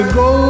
go